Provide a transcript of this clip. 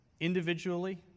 individually